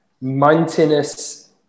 mountainous